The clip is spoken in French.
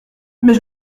mais